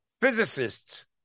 physicists